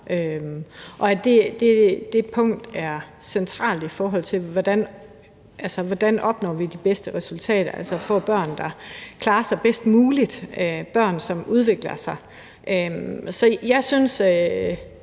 Og det punkt er centralt, i forhold til hvordan vi opnår de bedste resultater, altså får børn, der klarer sig bedst muligt, børn, som udvikler sig. Jeg synes